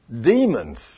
Demons